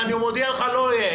ואני מודיע לך, לא יהיה.